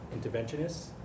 interventionists